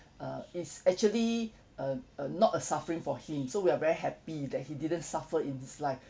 uh is actually uh uh not a suffering for him so we are very happy that he didn't suffer in this life